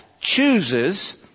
chooses